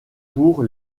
pour